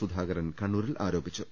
സു ധാകരൻ കണ്ണൂരിൽ ആരോപിച്ചു